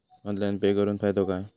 Online pay करुन फायदो काय?